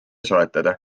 soetada